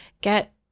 get